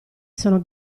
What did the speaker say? sono